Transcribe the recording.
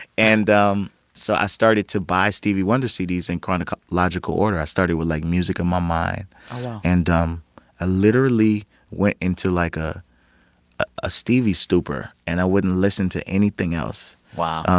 and um so i started to buy stevie wonder cds in chronological order. i started with, like, music of my mind. oh, wow and i um ah literally went into, like, a a stevie stupor. and i wouldn't listen to anything else. wow.